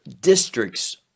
districts